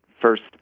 first